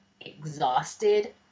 exhausted